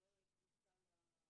שלא תהיה פריצה למחשב.